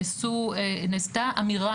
נעשתה אמירה,